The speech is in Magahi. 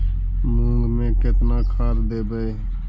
मुंग में केतना खाद देवे?